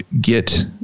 get